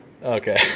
okay